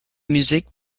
musiques